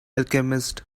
alchemist